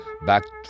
Back